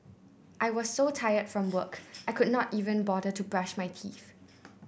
I was so tired from work I could not even bother to brush my teeth